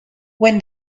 when